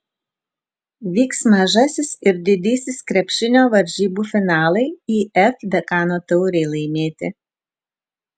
vyks mažasis ir didysis krepšinio varžybų finalai if dekano taurei laimėti